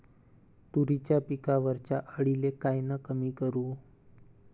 तुरीच्या पिकावरच्या अळीले कायनं कमी करू?